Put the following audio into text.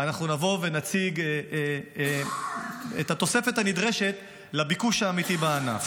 נבוא ונציג את התוספת הנדרשת לביקוש האמיתי לענף.